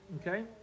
Okay